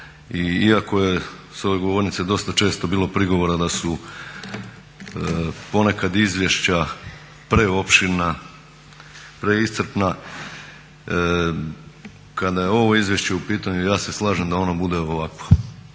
iako je s ove govornice dosta često bilo prigovora da su ponekad izvješća preopširna, preiscrpna, kada je ovo izvješće u pitanju ja se slažem da ono bude ovakvo.